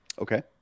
Okay